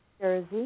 Jersey